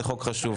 זה חוק חשוב.